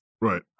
Right